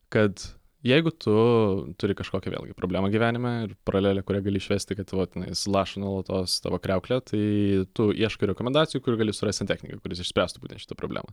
kad jeigu tu turi kažkokią vėlgi problemą gyvenime ir paralelė kurią gali išvesti kad va tenais laša nuolatos tavo kriauklė tai tu ieškai rekomendacijų kur gali surast santechniką kuris išspręstų šitą problemą